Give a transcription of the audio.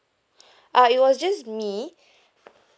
ah it was just me